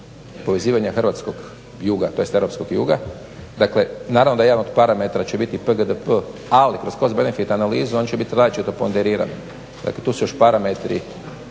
povezivanja hrvatskog juga tj. europskog juga. Dakle naravno da jedan od parametara će biti PGDP, ali kroz cost benefit analizu oni će bit različito ponderirani. Dakle tu su još parametri